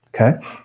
Okay